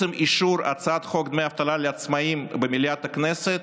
בעצם אישור הצעת חוק דמי אבטלה לעצמאים במליאת הכנסת: